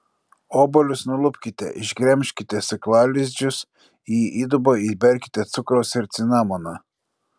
obuolius nulupkite išgremžkite sėklalizdžius į įdubą įberkite cukraus ir cinamono